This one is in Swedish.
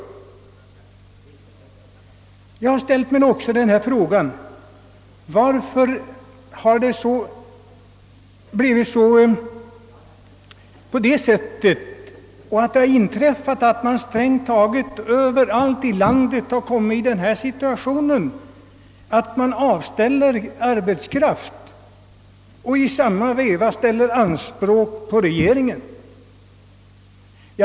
Jag har också ställt mig frågan varför det har blivit på det sättet att man nästan överallt i landet har kommit i den situationen att man friställer arbetskraft och i samma veva ställer anspråk på regeringen.